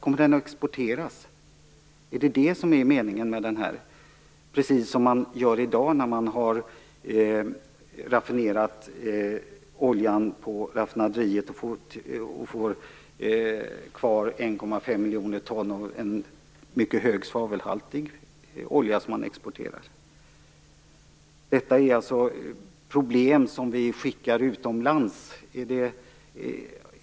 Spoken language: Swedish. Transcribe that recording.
Kommer den att exporteras? Är det meningen med det här? Det är precis så man gör i dag när man raffinerar oljan på raffinaderiet. Då får man kvar 1,5 miljoner ton av en mycket högsvavelhaltig olja som man exporterar. Detta är problem som vi skickar utomlands.